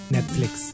Netflix